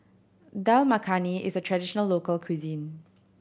Dal Makhani is a traditional local cuisine